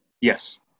Yes